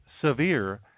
severe